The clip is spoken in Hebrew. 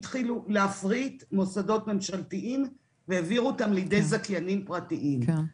התחילו להפריט מוסדות ממשלתיים והעבירו אותם לידי זכיינים פרטיים.